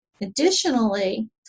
additionally